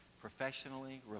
professionally